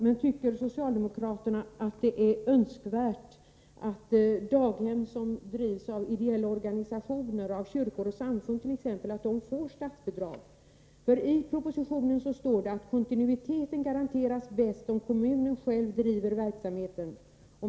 Men tycker socialdemokraterna att det är önskvärt att daghem som drivs av exempelvis ideella organisationer, kyrkor och samfund får statsbidrag? I propositionen står det nämligen att kontinuiteten garanteras bäst om kommunen själv driver verksamheten.